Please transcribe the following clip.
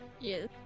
yes